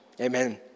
Amen